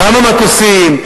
כמה מטוסים?